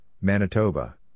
Manitoba